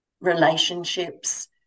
relationships